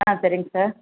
ஆ சரிங்க சார்